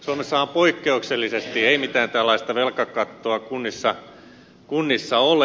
suomessahan poikkeuksellisesti ei mitään tällaista velkakattoa kunnissa ole